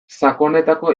sakonetako